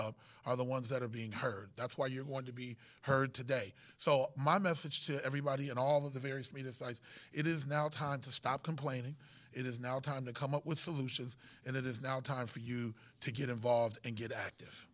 up are the ones that are being heard that's why you want to be heard today so my message to everybody and all of the various me this i say it is now time to stop complaining it is now time to come up with solutions and it is now time for you to get involved and get active